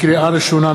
לקריאה ראשונה,